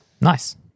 nice